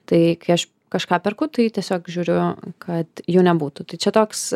tai kai aš kažką perku tai tiesiog žiūriu kad jų nebūtų tai čia toks